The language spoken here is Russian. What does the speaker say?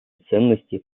ценности